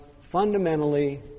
fundamentally